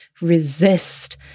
resist